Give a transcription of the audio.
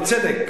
בצדק.